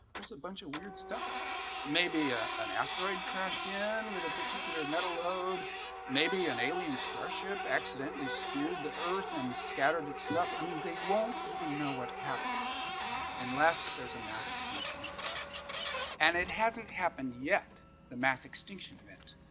there's a bunch of weird stuff maybe ah an asteroid crashing with a particular metal ode may be an alien starship accidentally speared the earth and scattered its stuff. i mean, they won't even know what happened unless there's a mass extinction in it and it hasn't happened yet the mass extinction event.